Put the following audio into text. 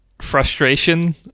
frustration